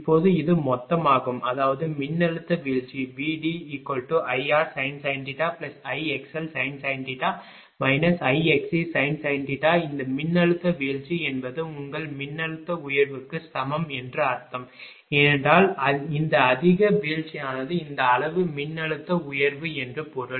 இப்போது இது மொத்தமாகும் அதாவது மின்னழுத்த வீழ்ச்சி VDIrsin Ixlsin Ixcsin இந்த மின்னழுத்த வீழ்ச்சி என்பது உங்கள் மின்னழுத்த உயர்வுக்கு சமம் என்று அர்த்தம் ஏனென்றால் இந்த அதிக வீழ்ச்சியானது இந்த அளவு மின்னழுத்த உயர்வு என்று பொருள்